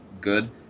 good